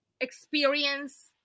experience